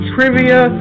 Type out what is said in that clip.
Trivia